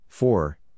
Four